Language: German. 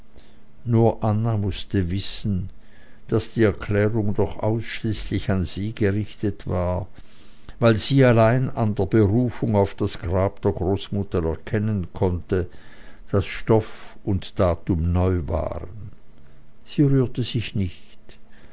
nur anna mußte wissen daß die erklärung doch ausschließlich an sie gerichtet war weil sie allein an der berufung auf das grab der großmutter erkennen konnte daß stoff und datum neu waren sie rührte sich nicht